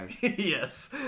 Yes